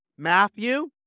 Matthew